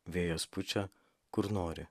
vėjas pučia kur nori